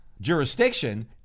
jurisdiction